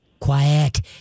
Quiet